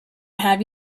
have